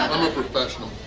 i'm a professional!